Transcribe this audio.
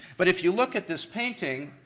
but if you look at this painting,